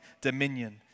dominion